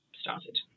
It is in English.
started